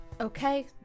Okay